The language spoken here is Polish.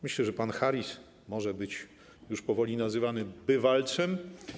Myślę, że pan Harris może być już powoli nazywany bywalcem.